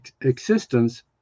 existence